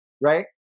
right